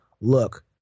look